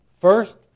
First